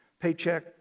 Paycheck